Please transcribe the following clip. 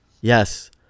yes